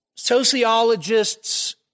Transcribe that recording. Sociologists